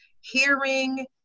hearing